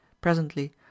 Presently